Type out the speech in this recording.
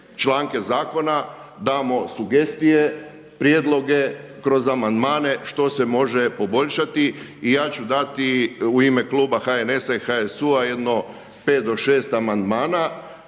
članke zakona damo sugestije, prijedloge kroz amandmane što se može poboljšati i ja ću dati u ime kluba HNS-a i HSU-a jedno pet do šest amandmana